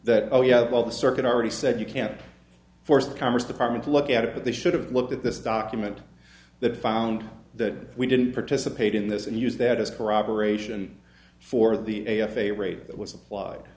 that oh yeah well the circuit already said you can't force the congress department to look at it but they should have looked at this document that found that we didn't participate in this and use that as corroboration for the a f a rate that was applied